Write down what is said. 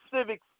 Civic